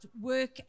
work